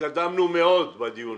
התקדמנו מאוד בדיון